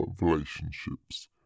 Relationships